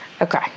Okay